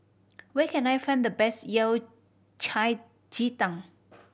where can I find the best Yao Cai ji tang